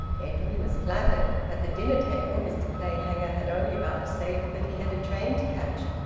edwin was flattered. at the dinner-table mr clayhanger had only vouchsafed that he had a train to catch,